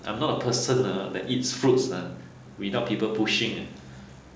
I'm not a person ha that eats fruits ah without people pushing ah